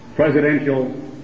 presidential